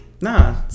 nah